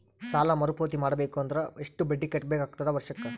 ಸಾಲಾ ಮರು ಪಾವತಿ ಮಾಡಬೇಕು ಅಂದ್ರ ಎಷ್ಟ ಬಡ್ಡಿ ಕಟ್ಟಬೇಕಾಗತದ ವರ್ಷಕ್ಕ?